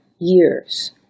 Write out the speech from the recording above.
years